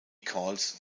calls